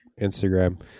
Instagram